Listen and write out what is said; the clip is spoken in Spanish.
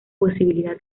posibilidad